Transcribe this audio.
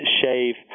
shave